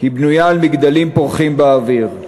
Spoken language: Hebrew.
בנויה על מגדלים פורחים באוויר.